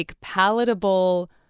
palatable